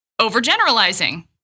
Overgeneralizing